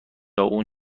اون